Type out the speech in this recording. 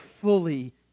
fully